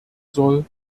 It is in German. soll